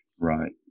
Right